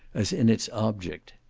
as in its object.